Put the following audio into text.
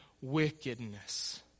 wickedness